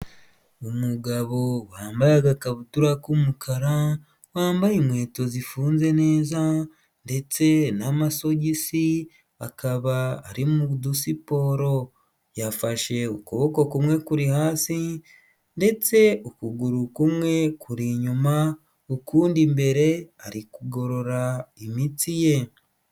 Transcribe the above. Umugabo wambaye agakabutura k'umukara, wambaye inkweto zifunze neza ndetse n'amasogisi, akaba ari mu dusiporo, yafashe ukuboko kumwe kuri hasi ndetse ukuguru kumwe kuri inyuma ukundi imbere, ari kugorora imitsi ye.